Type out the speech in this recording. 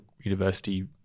university